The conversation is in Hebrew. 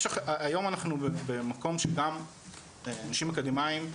היום אנחנו במקום שגם אנשים אקדמאיים,